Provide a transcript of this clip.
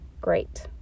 Great